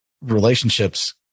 relationships